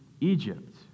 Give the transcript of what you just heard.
Egypt